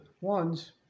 ones